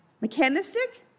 mechanistic